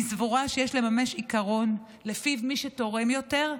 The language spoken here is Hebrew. אני סבורה שיש לממש עיקרון שלפיו מי שתורם יותר,